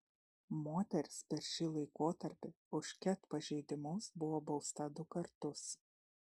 moteris per šį laikotarpį už ket pažeidimus buvo bausta du kartus